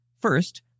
First